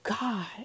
God